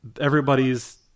everybody's